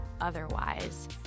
otherwise